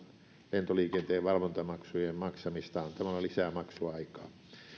lentoliikenteen valvontamaksujen maksamista antamalla lisää maksuaikaa